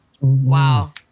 Wow